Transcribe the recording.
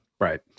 right